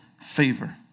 favor